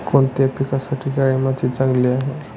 कोणत्या पिकासाठी काळी माती चांगली आहे?